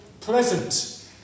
present